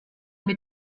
mit